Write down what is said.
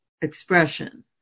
expression